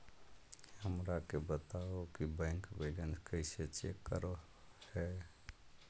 हमरा के बताओ कि बैंक बैलेंस कैसे चेक करो है?